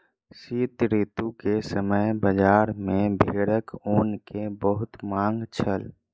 शीत ऋतू के समय बजार में भेड़क ऊन के बहुत मांग छल